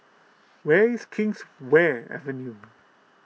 where is Kingswear Avenue